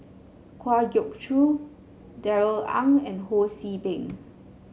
Kwa Geok Choo Darrell Ang and Ho See Beng